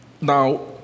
Now